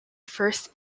first